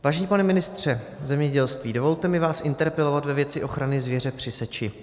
Vážený pane ministře zemědělství, dovolte mi vás interpeloval ve věci ochrany zvěře při seči.